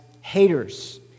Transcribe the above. haters